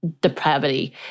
depravity